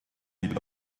mille